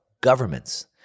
governments